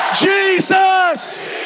Jesus